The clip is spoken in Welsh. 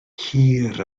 hir